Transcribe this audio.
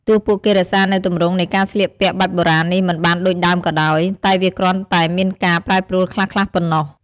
ទោះពួកគេរក្សានូវទម្រង់នៃការស្លៀកពាក់បែបបុរាណនេះមិនបានដូចដើមក៏ដោយ តែវាគ្រាន់តែមានការប្រែប្រួលខ្លះៗប៉ុណ្ណោះ។